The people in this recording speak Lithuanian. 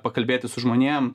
pakalbėti su žmonėm